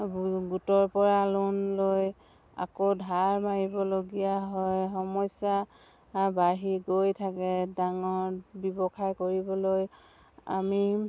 গোটৰপৰা লোন লৈ আকৌ ধাৰ মাৰিবলগীয়া হয় সমস্যা বাঢ়ি গৈ থাকে ডাঙৰ ব্যৱসায় কৰিবলৈ আমি